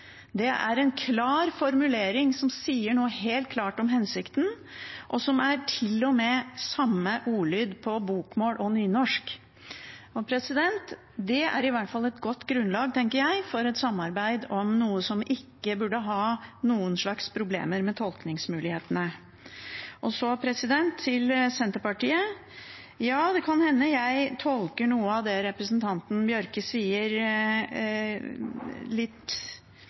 Det er en klar formulering, som helt klart sier noe om hensikten, og som til og med har samme ordlyd på bokmål og på nynorsk. Det er i hvert et godt grunnlag – tenker jeg – for et samarbeid om noe vi ikke burde ha noen slags problemer med tolkningsmulighetene av. Så til Senterpartiet: Ja, det kan hende jeg tolker noe av det representanten Bjørke